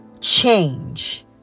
change